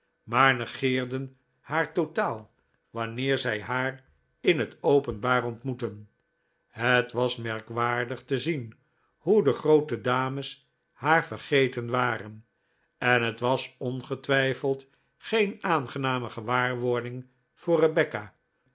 maar negeerden haar totaal wanneer zij haar in het openbaar ontmoetten het was merkwaardig te zien hoe de groote dames haar vergeten waren en het was ongetwijfeld geen aangename gewaarwording voor rebecca